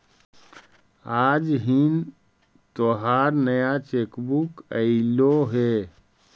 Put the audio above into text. आज हिन् तोहार नया चेक बुक अयीलो हे